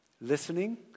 listening